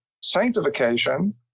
sanctification